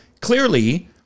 clearly